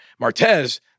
Martez